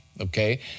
okay